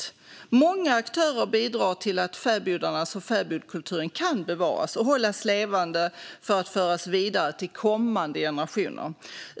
Många aktörer bidrar till att fäbodarna och fäbodkulturen kan bevaras och hållas levande för att föras vidare till kommande generationer.